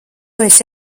esi